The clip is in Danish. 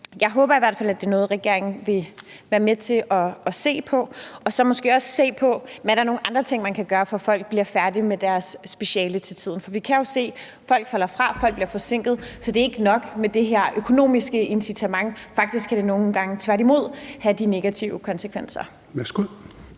hvert fald, at det er noget, regeringen vil være med til at se på og så måske også se på, hvad for nogle andre ting man kan gøre, for at folk bliver færdige med deres speciale til tiden. For vi kan jo se, at folk falder fra, at folk bliver forsinket, så det er ikke nok med det her økonomiske incitament. Faktisk kan det nogle gange tværtimod have negative konsekvenser.